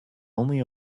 only